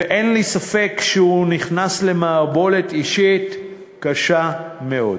ואין לי ספק שהוא נכנס למערבולת אישית קשה מאוד.